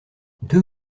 deux